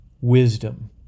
wisdom